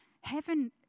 Heaven